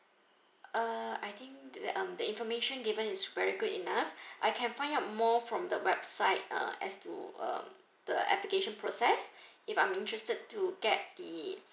uh I think that um the information given is very good enough I can find out more from the website uh as to uh the application process if I'm interested to get the